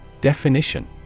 Definition